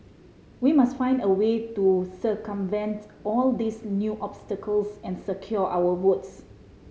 we must find a way to circumvent all these new obstacles and secure our votes